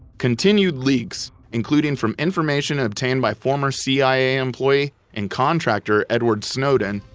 continued leaks, including from information obtained by former cia employee and contractor edward snowden,